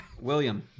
William